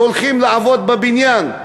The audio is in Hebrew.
והולכים לעבוד בבניין.